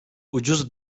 ucuz